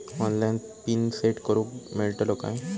Online pin set करूक मेलतलो काय?